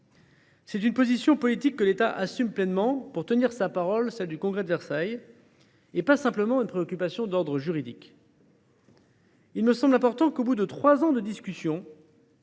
là d’une position politique que l’État assume pleinement pour tenir sa parole, engagée au Congrès que je citais, et non pas seulement d’une préoccupation d’ordre juridique. Il me semble important qu’au bout de trois ans de discussions